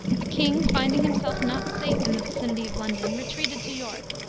the king, finding himself not safe in the vicinity of london, retreated to york,